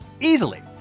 easily